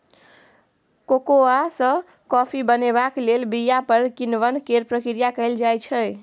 cocoa सँ coffee बनेबाक लेल बीया पर किण्वन केर प्रक्रिया कएल जाइ छै